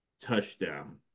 touchdown